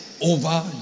over